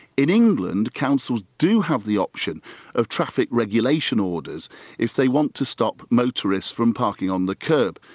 in england, councils do have the option of traffic regulation orders if they want to stop motorists from parking on the kerb.